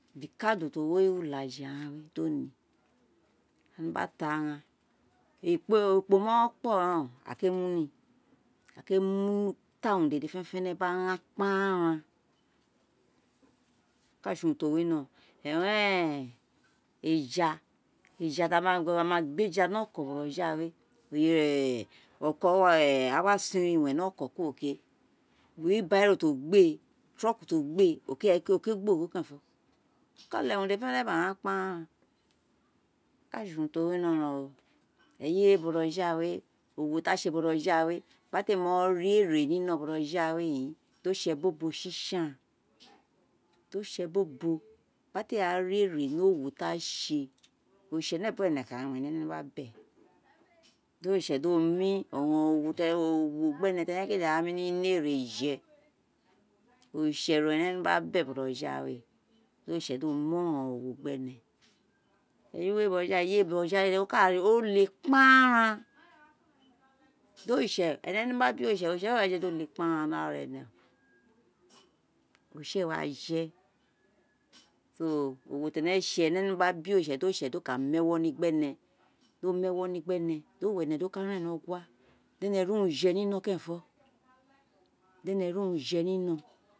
Ibikadu ti o wi origho ulaje ghan di o ni, mo gba ti aghan, ekpo ékpo mo kpọ ren o, aghan kpé mu ni, akpé mu ta urun dede fẹnẹfẹnẹ gba ghan kpanfan o ka sé urun ti o wirọ éja, éja ti a ma sọn, ama gbéè ni nkọ bojoghawé a wa san iwen ni oko kuro kéè, wheel barrow ti o gbéè, truck ti ò gbéè aghan ekoko ireyé ti o gba ogho kerenfo o ka leghe urun. dede fẹnẹ fẹnẹ gba ghan kparan, okasé urun ti o winoron, eyé bojoghawé owo ti a sé bojoghawé gba té mo ri ere ninọrọn bojoghawé in di o sé ebobo sisan, di o sé ebobo gba té wa ri ere ni owo ti a sé oritse ne buwé no kan owunẹnẹ nọ gba be di oritse nu oronron owo gbe ene, di ane mi ri ere je, oritse owun ene wino gba be bojoghawé, di oritse do mu ọrọurọn owo gbe ne, eyé wé bojo ghawé oka o lé kparan di oritse, ẹnẹ no gba be oritse, di oritsẹ oritsẹ éè wa jedi o lé ni ara ẹnẹ oritse éè wa je so owo ti ẹnẹ sé, ene wino gba be oritse do ka mu ẹwọ ni gbẹ ẹnẹ do mu ẹwọ ni gbẹ ẹwẹ do ka ren ni ogua di ẹnẹ ri urun jẹ ni rọn keren fo, di ẹnẹ ri urun je nino roni